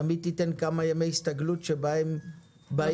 תמיד תיתן כמה ימי הסתגלות שבהם באים,